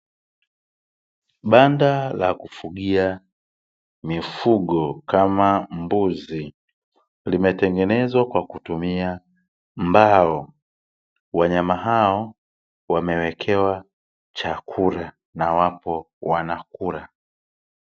Banda la kufugia mifugo kama mbuzi, limetengenezwa kwa kutumia mbao. Wanyama hao wamewekewa chakula na wapo wanakula.